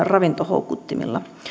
ravintohoukuttimilla